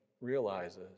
realizes